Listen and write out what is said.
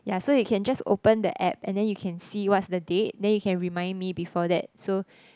ya so you can just open the app and then you can see what's the date then you can remind me before that so